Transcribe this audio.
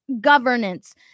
governance